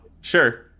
Sure